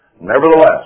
Nevertheless